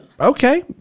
Okay